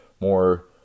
more